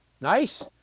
nice